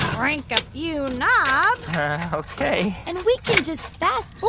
crank a few knobs ok and we can just fast-forward